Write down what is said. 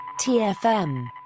TFM